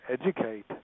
educate